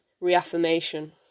reaffirmation